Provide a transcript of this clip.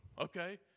okay